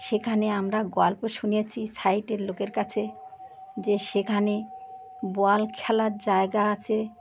সেখানে আমরা গল্প শুনেছি সাইটের লোকের কাছে যে সেখানে বল খেলার জায়গা আছে